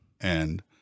And-